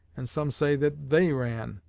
and some say that they ran.